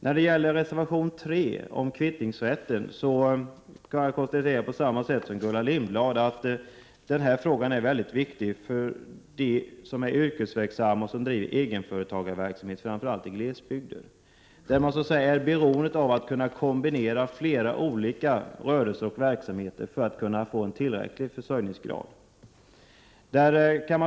När det gäller reservation 3 om kvittningsrätten kan jag på samma sätt som Gullan Lindblad konstatera att denna fråga är mycket viktig för dem som bedriver egenföretagarverksamhet framför allt i glesbygder, där man är beroende av att kunna kombinera flera olika rörelser och verksamheter för att få en tillräcklig försörjningsgrad.